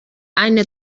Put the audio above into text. eine